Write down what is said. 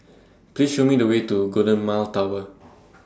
Please Show Me The Way to Golden Mile Tower